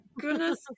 goodness